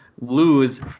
lose